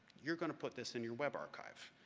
you're going to put this in your web archive?